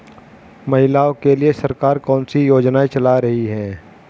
महिलाओं के लिए सरकार कौन सी योजनाएं चला रही है?